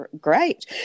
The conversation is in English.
great